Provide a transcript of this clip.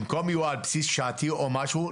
במקום שיהיו על בסיס שעתי או משהו,